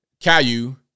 Caillou